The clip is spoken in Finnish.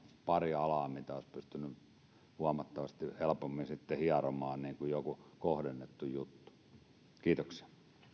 pari alaa ja niille olisi pystytty huomattavasti helpommin sitten hieromaan joku kohdennettu juttu kiitoksia